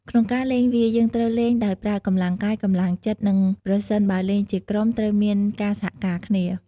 ក្នុងការលេងវា យើងត្រូវលេងដោយប្រើកម្លាំងកាយ កម្លាំងចិត្ត និងប្រសិនបើលេងជាក្រុមត្រូវមានការសហការគ្នា។